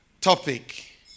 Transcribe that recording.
topic